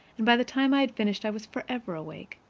and by the time i had finished i was forever awake.